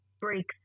breaks